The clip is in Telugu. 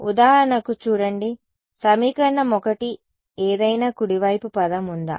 ఉదాహరణకు చూడండి సమీకరణం 1 ఏదైనా కుడి వైపు పదం ఉందా